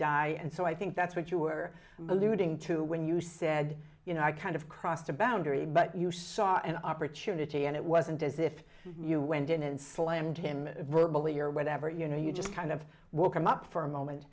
die and so i think that's what you were alluding to when you said you know i kind of crossed a boundary but you saw an opportunity and it wasn't as if you went in and slammed him verbally or whatever you know you just kind of woke him up for a moment